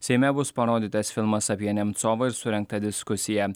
seime bus parodytas filmas apie nemcovą ir surengta diskusija